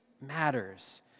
matters